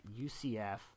UCF